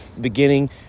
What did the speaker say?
beginning